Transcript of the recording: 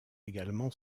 également